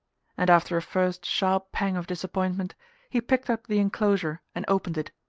and after a first sharp pang of disappointment he picked up the enclosure and opened it.